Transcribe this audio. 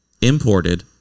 imported